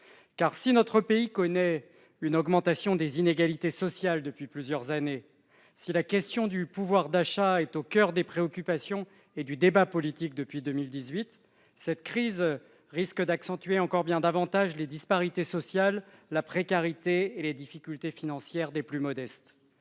si notre pays connaît une augmentation des inégalités sociales depuis plusieurs années et si la question du pouvoir d'achat est au coeur des préoccupations et du débat politique depuis 2018, la crise risque d'accentuer encore bien davantage les disparités sociales, la précarité et les difficultés financières des plus modestes.